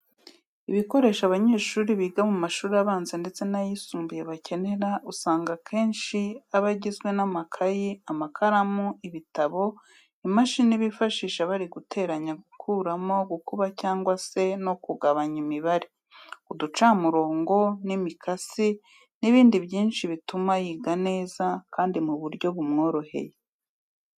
Ibikoresho abanyeshuri biga mu mashuri abanza ndetse n'ayisumbuye bakenera, usanga akenshi aba agizwe n'amakayi, amakaramu, ibitabo, imashini bifashisha bari guteranya, gukuramo, gukuba cyangwa se no kugabanya imibare, uducamurongo, imikasi n'ibindi byinshi bituma yiga neza kandi mu buryo bumworoheye.